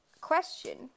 question